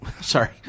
sorry